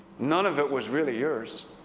none of it was really yours.